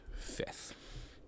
fifth